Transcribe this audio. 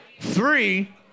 Three